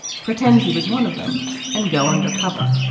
pretend he was one of them and go undercover